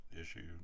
issue